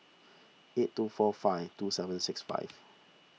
eight two four five two seven six five